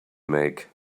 make